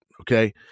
okay